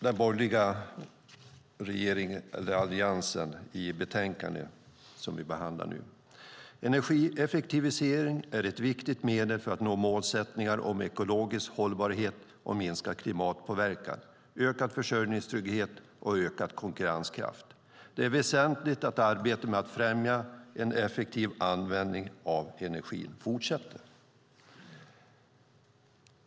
Den borgerliga alliansen skriver följande i det betänkande som vi nu behandlar: "Energieffektivisering är ett viktigt medel för att nå målsättningar om ekologisk hållbarhet och minskad klimatpåverkan, ökad försörjningstrygghet och ökad konkurrenskraft. Det är väsentligt att arbetet med att främja en effektiv användning av energin fortsätter."